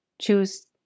choose